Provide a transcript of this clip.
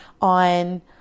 on